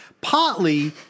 Partly